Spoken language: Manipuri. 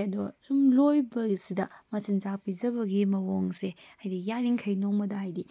ꯑꯗꯣ ꯁꯨꯝ ꯂꯣꯏꯕꯁꯤꯗ ꯃꯆꯤꯟꯖꯥꯛ ꯄꯤꯖꯕꯒꯤ ꯃꯑꯣꯡꯁꯦ ꯍꯥꯏꯗꯤ ꯌꯥꯔꯤꯃꯈꯩ ꯅꯣꯡꯃꯗ ꯍꯥꯏꯗꯤ